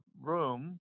room